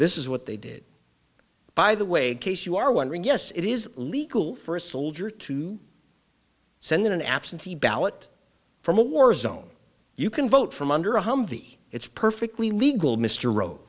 this is what they did by the way the case you are wondering yes it is illegal for a soldier to send in an absentee ballot from a war zone you can vote from under a humvee it's perfectly legal mr ro